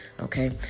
Okay